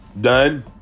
done